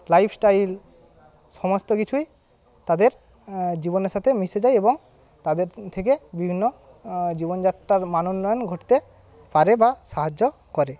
lifestyle সমস্ত কিছুই তাদের জীবনের সাথে মিশে যায় এবং তাদের থেকে বিভিন্ন জীবনযাত্রার মান উন্নয়ন ঘটতে পারে বা সাহায্য করে